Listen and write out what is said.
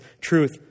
truth